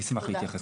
אני אשמח להתייחס.